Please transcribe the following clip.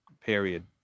period